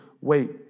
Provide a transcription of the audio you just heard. wait